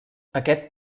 aquest